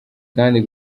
kandi